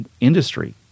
industry